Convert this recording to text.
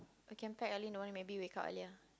we can pack early know maybe wake up earlier